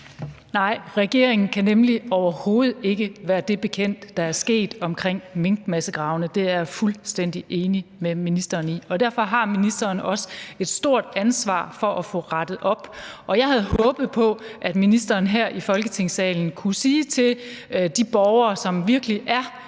Nej, regeringen kan nemlig overhovedet ikke være det, der er sket omkring minkmassegravene, bekendt. Det er jeg fuldstændig enig med ministeren i. Derfor har ministeren også et stort ansvar for at få rettet op, og jeg havde håbet på, at ministeren her i Folketingssalen kunne sige til de borgere, som virkelig er